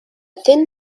thin